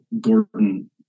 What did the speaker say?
Gordon